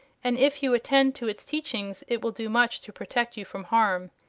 and if you attend to its teachings it will do much to protect you from harm.